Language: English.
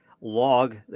log